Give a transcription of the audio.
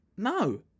No